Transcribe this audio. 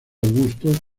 augusto